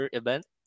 event